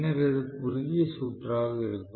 பின்னர் இது குறுகிய சுற்றாக இருக்கும்